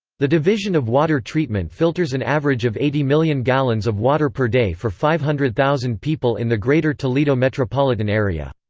the division of water treatment filters an average of eighty million gallons of water per day for five hundred thousand people in the greater toledo metropolitan area.